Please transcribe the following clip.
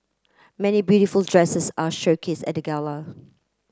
many beautiful dresses are showcased at gala